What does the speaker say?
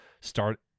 start